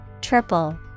Triple